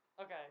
okay